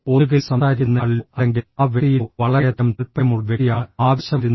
ഒന്നുകിൽ സംസാരിക്കുന്നയാളിലോ അല്ലെങ്കിൽ ആ വ്യക്തിയിലോ വളരെയധികം താൽപ്പര്യമുള്ള വ്യക്തിയാണ് ആവേശം വരുന്നത്